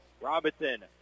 Robinson